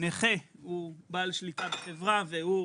הנכה הוא בעל שליטה בחברה והוא